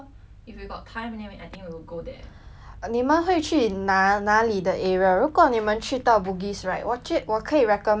你们会去哪哪里的 area 如果你们去到 bugis right 我就我可以 recommend 你 like 一个很 awesome 的 place ya